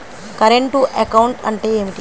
Current account అంటే ఏమిటి?